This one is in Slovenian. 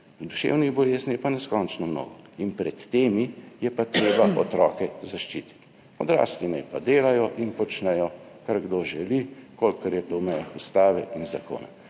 duševnih bolezni je pa neskončno mnogo. Pred temi je pa treba otroke zaščititi. Odrasli naj pa delajo in počnejo, kar kdo želi, če je to v mejah ustave in zakona.